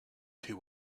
two